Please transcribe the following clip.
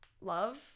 Love